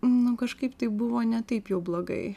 nu kažkaip tai buvo ne taip jau blogai